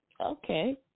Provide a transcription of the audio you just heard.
okay